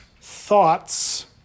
thoughts